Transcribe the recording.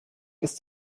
ist